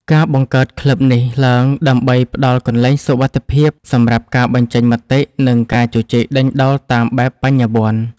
ការបង្កើតក្លឹបនេះឡើងដើម្បីផ្ដល់កន្លែងសុវត្ថិភាពសម្រាប់ការបញ្ចេញមតិ និងការជជែកដេញដោលតាមបែបបញ្ញវន្ត។